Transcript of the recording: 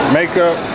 makeup